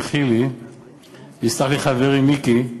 יסלח לי חברי מיקי,